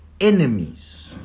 enemies